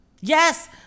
Yes